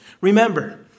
Remember